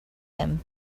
him